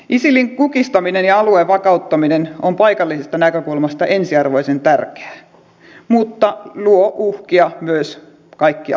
isilin kukistaminen ja alueen vakauttaminen on paikallisesta näkökulmasta ensiarvoisen tärkeää mutta se luo uhkia myös kaikkialle maailmaan